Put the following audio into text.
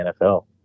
NFL